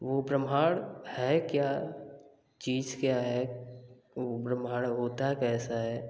वो ब्रह्माण्ड है क्या चीज क्या है वो ब्रह्माण्ड होता कैसा है